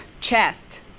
Chest